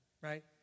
right